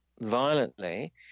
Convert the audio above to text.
violently